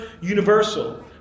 universal